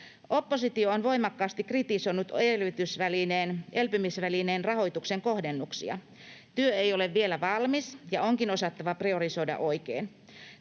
Oppositio on voimakkaasti kritisoinut elpymisvälineen rahoituksen kohdennuksia. Työ ei ole vielä valmis, ja onkin osattava priorisoida oikein.